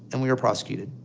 and we were prosecuted